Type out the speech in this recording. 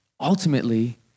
ultimately